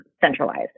centralized